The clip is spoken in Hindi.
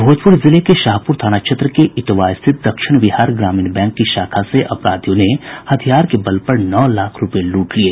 भोजपुर जिले के शाहपुर थाना क्षेत्र के इटवा स्थित दक्षिण बिहार ग्रामीण बैंक की शाखा से अपराधियों ने हथियार के बल पर नौ लाख रूपये लूट लिये